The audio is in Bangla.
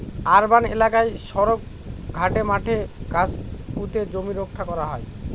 আরবান এলাকায় সড়ক, ঘাটে, মাঠে গাছ পুঁতে জমি রক্ষা করা হয়